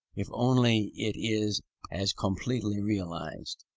if only it is as completely realized.